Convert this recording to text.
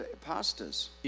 pastors